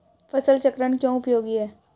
फसल चक्रण क्यों उपयोगी है?